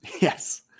Yes